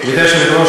גברתי היושבת-ראש,